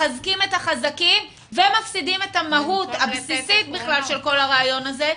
מחזקים את החזקים ומפסידים את המהות הבסיסית של כל הרעיון הזה,